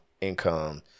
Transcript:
income